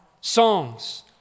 songs